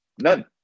None